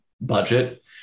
budget